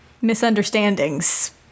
Misunderstandings